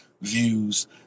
views